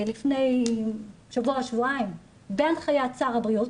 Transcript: לפני שבוע-שבועיים בהנחיית שר הבריאות,